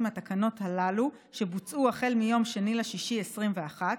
מהתקנות הללו שבוצעו החל מיום 2 ביוני 2021,